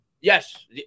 Yes